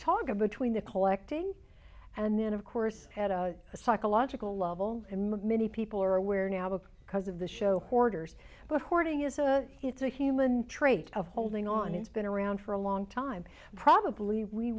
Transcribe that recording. toga between the collecting and then of course at a psychological level many people are aware now up because of the show hoarders but hoarding is a it's a human trait of holding on it's been around for a long time probably we